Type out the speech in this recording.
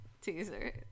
Teaser